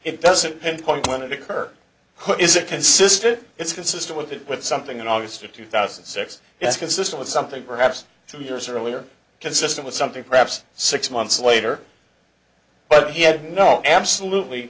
it doesn't pinpoint when it occurred is it consistent it's consistent with it with something in august of two thousand and six that's consistent with something perhaps two years earlier consistent with something perhaps six months later but he had no absolutely